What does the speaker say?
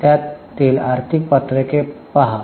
त्यातील आर्थिक पत्रके पहा